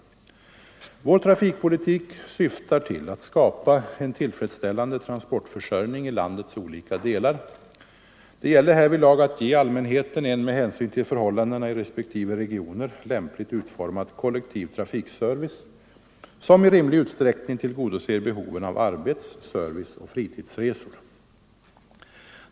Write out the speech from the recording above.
Vår trafikpolitik syftar till att skapa en tillfredsställande transportförsörjning i landets olika delar. Det gäller härvidlag att ge allmänheten en med hänsyn till förhållandena i respektive regioner lämpligt utformad kollektiv trafikservice, som i rimlig utsträckning tillgodoser behoven av arbets-, serviceoch fritidsresor.